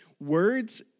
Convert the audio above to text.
Words